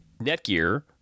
Netgear